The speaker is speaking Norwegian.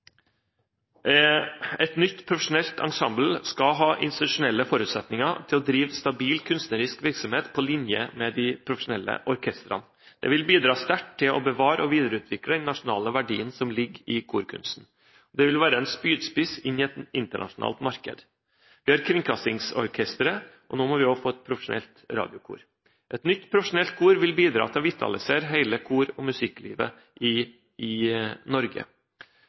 Et nytt profesjonelt ensemble skal ha institusjonelle forutsetninger for å drive stabil kunstnerisk virksomhet på linje med de profesjonelle orkestrene. Det vil bidra sterkt til å bevare og videreutvikle den nasjonale verdien som ligger i korkunsten, og det vil være en spydspiss inn i et internasjonalt marked. Vi har Kringkastingsorkesteret, og nå må vi også få et profesjonelt radiokor. Et nytt profesjonelt kor vil bidra til å vitalisere hele kor- og musikklivet i Norge.